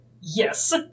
Yes